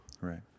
Right